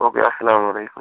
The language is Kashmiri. اوکے اسلامُ علیکُم